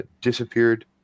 disappeared